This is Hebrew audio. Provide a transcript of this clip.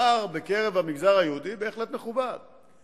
פער בהחלט מכובד בקרב המגזר היהודי.